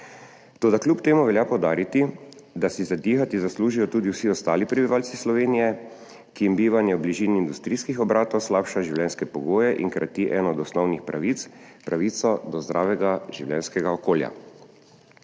toda kljub temu velja poudariti, da si zadihati zaslužijo tudi vsi ostali prebivalci Slovenije, ki jim bivanje v bližini industrijskih obratov slabša življenjske pogoje in krati eno od osnovnih pravic, pravico do zdravega življenjskega okolja.